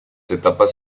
etapas